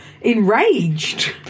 enraged